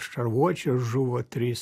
šarvuočio žuvo trys